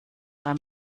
beim